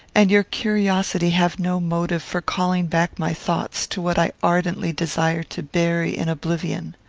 and your curiosity have no motive for calling back my thoughts to what i ardently desire to bury in oblivion.